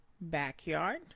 Backyard